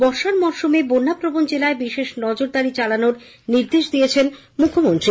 বর্ষার মরসুমে বন্যাপ্রবণ জেলায় বিশেষ নজরদারি চালানোর নির্দেশ দিয়েছেন মুখ্যমন্ত্রী